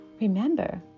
remember